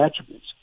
attributes